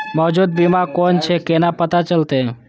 मौजूद बीमा कोन छे केना पता चलते?